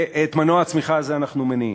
ואת מנוע הצמיחה הזה אנחנו מניעים.